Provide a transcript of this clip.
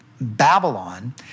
Babylon